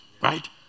right